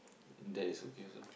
and that is okay also